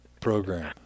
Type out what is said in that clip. program